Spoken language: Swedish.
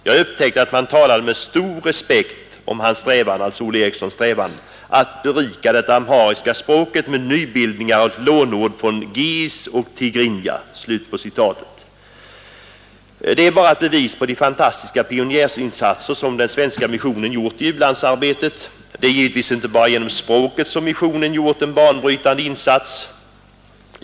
Jag upptäckte att man talade med stor respekt om hans strävan att berika det amhariska språket med nybildningar och lånord från giiz och tigrinja.” Detta är bara ett bevis på de fantastiska pionjärinsatser som den svenska missionen har gjort i u-landsarbetet. Det är givetvis inte bara genom språket som missionen har gjort en banbrytande insats.